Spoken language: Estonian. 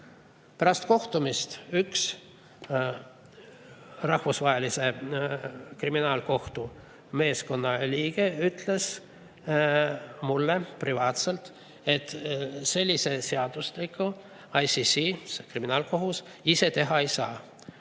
Pärast kohtumist üks Rahvusvahelise Kriminaalkohtu meeskonna liige ütles mulle privaatselt, et sellist seadustikku ICC, kriminaalkohus, ise teha ei saa.